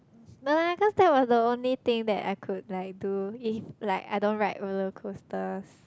no like cause that was the only thing that I could like do if like I don't ride roller coasters